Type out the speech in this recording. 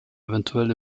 eventuell